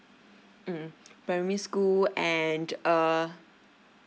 mm primary school and uh